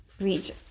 reach